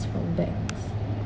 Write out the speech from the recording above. from banks